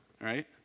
right